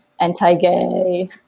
anti-gay